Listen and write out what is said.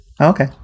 okay